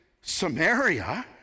Samaria